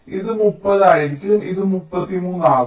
ഇത് 30 ആയിരിക്കും ഇത് 33 ആകും